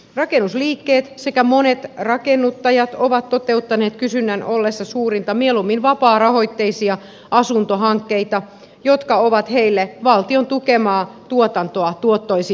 rakennusliikkeet sekä monet rakennuttajat ovat toteuttaneet kysynnän ollessa suurinta mieluummin vapaarahoitteisia asuntohankkeita jotka ovat heille valtion tukemaa tuotantoa tuottoisampia